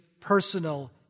personal